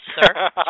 sir